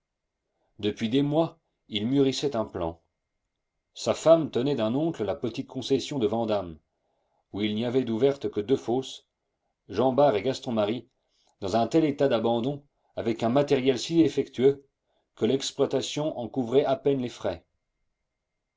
depuis des mois il mûrissait un plan sa femme tenait d'un oncle la petite concession de vandame où il n'y avait d'ouvertes que deux fosses jean bart et gaston marie dans un tel état d'abandon avec un matériel si défectueux que l'exploitation en couvrait à peine les frais